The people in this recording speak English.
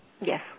Yes